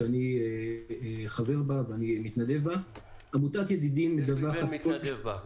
שאני חבר בה ומתנדב בה --- יש לי גם בן שמתנדב בה,